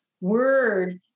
word